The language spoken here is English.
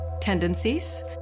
tendencies